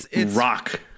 rock